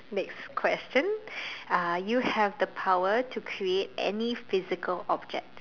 next question uh you have the power to create any physical object